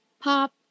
pop